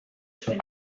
zuen